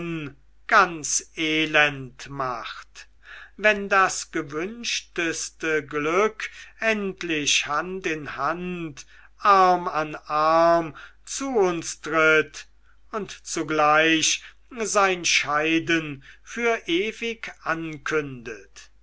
ganz elend macht wenn das gewünschteste glück endlich hand in hand arm in arm zu uns tritt und zugleich sein scheiden für ewig ankündet